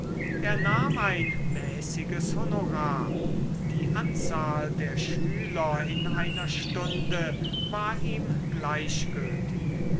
er nahm ein mäßiges honorar die anzahl der schüler in einer stunde war ihm gleichgültig